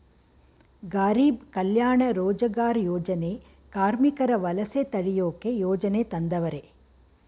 ಗಾರೀಬ್ ಕಲ್ಯಾಣ ರೋಜಗಾರ್ ಯೋಜನೆ ಕಾರ್ಮಿಕರ ವಲಸೆ ತಡಿಯೋಕೆ ಯೋಜನೆ ತಂದವರೆ